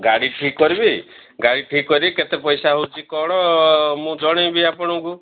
ଗାଡ଼ି ଠିକ କରିବି ଗାଡ଼ି ଠିକ କରିକି କେତେ ପଇସା ହେଉଛି କ'ଣ ମୁଁ ଜଣେଇବି ଆପଣଙ୍କୁ ହେଲା